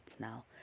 now